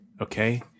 okay